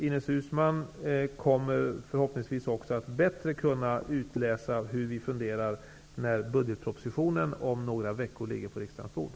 Ines Uusmann kommer förhoppningsvis också att bättre kunna utläsa hur vi funderar när budgetpropositionen om några veckor ligger på riksdagens bord.